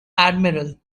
admiral